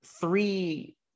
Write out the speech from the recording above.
three